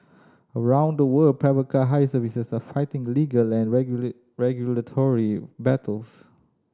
around the world private car hire services are fighting legal and regulatory battles